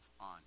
on